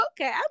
Okay